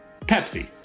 Pepsi